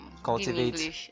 cultivate